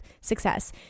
success